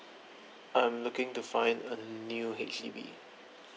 I'm looking to find a new H_D_B